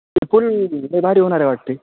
ते पुल लई भारी होणार आहे वाटते